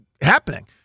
happening